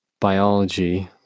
biology